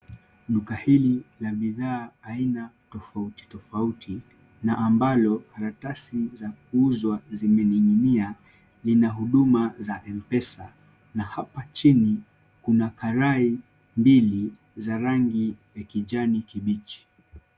Duka hili la bidhaa aina tofauti tofauti na ambalo karatasi za kuuzwa zimening'inia, lina huduma za M-Pesa na hapa chini kuna karai mbili za rangi ya kijani kibichi.